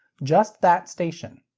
just that station.